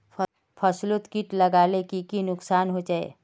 फसलोत किट लगाले की की नुकसान होचए?